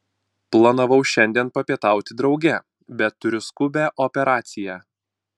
planavau šiandien papietauti drauge bet turiu skubią operaciją